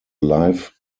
live